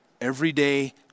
everyday